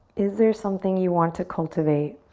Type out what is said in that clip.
is there something you want to cultivate?